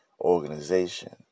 organization